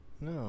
No